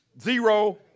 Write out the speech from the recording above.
zero